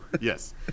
Yes